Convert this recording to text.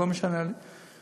לא משנה לי.